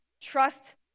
trust